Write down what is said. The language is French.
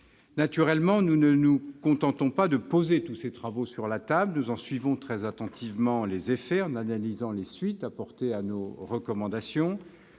Naturellement, nous ne nous contentons pas de « poser tous ces travaux sur la table ». Nous en suivons très attentivement les effets en analysant les suites apportées à nos recommandations